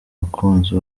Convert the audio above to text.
bakunzi